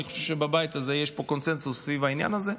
אני חושב שבבית הזה יש קונסנזוס סביב העניין הזה,